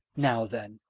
now, then,